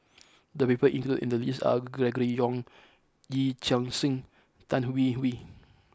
the people included in the list are Gregory Yong Yee Chia Hsing and Tan Hwee Hwee